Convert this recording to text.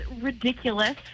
ridiculous